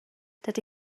dydy